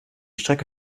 strecke